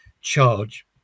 charge